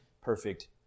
perfect